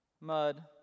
mud